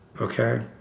Okay